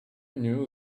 knew